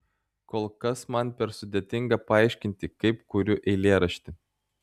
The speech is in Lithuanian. kol kas man per sudėtinga paaiškinti kaip kuriu eilėraštį